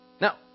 Now